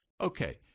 Okay